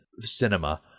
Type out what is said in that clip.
cinema